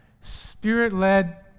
spirit-led